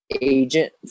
agent